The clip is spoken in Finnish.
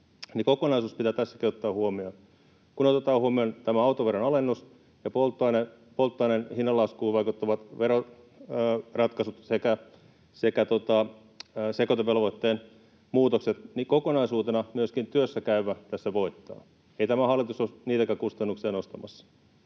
kokonaisuus pitää tässäkin ottaa huomioon. Kun otetaan huomioon tämä autoveron alennus ja polttoaineen hinnanlaskuun vaikuttavat veroratkaisut sekä sekoitevelvoitteen muutokset, niin kokonaisuutena myöskin työssä käyvä tässä voittaa. Ei tämä hallitus ole niitäkään kustannuksia nostamassa.